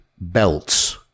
belts